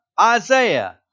Isaiah